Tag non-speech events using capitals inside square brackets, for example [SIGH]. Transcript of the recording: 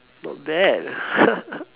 not bad [LAUGHS]